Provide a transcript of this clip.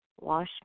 Wash